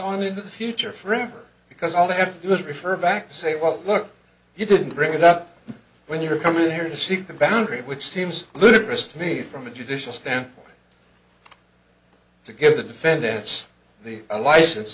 on into the future forever because all they have to do is refer back to say well look you didn't bring it up when you're coming here to seek the boundary which seems ludicrous to me from a judicial stand to give the defendants the a license